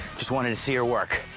just wanted to see her work.